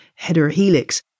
heterohelix